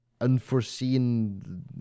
unforeseen